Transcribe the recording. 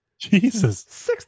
Jesus